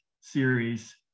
series